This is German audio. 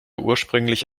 ursprünglich